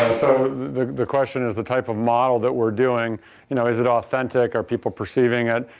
so the question is the type of model that we're doing, you know is it authentic, are people perceiving it,